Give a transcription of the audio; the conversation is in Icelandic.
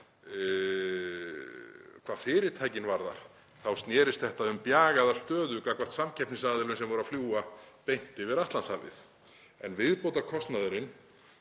Hvað fyrirtækin varðar þá snerist þetta um bjagaða stöðu gagnvart samkeppnisaðilum sem voru að fljúga beint yfir Atlantshafið en viðbótarkostnaðurinn